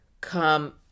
come